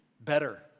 better